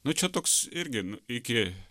nuo čia toks irgi iki